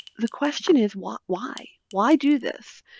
the question is why? why why do this?